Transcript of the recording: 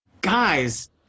Guys